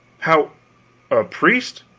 how a priest?